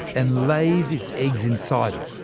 and lays its eggs inside it.